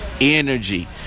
energy